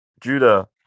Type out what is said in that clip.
Judah